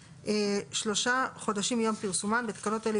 שלושה חודשים מיום פרסומן (בתקנות אלה,